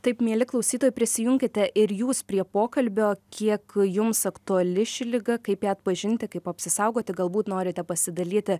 taip mieli klausytojai prisijunkite ir jūs prie pokalbio kiek jums aktuali ši liga kaip ją atpažinti kaip apsisaugoti galbūt norite pasidalyti